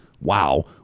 wow